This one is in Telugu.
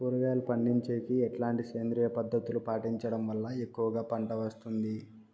కూరగాయలు పండించేకి ఎట్లాంటి సేంద్రియ పద్ధతులు పాటించడం వల్ల ఎక్కువగా పంట వస్తుంది?